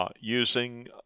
using